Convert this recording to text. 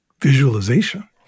visualization